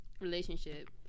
Relationship